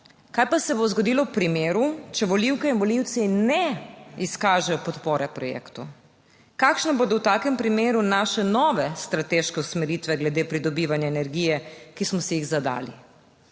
kaj pa se bo zgodilo v primeru, če volivke in volivci ne izkažejo podpore projektu? Kakšne bodo v takem primeru naše nove strateške usmeritve glede pridobivanja energije, ki smo si jih zadali?